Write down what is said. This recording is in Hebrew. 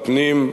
הפנים,